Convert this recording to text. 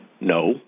No